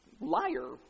liar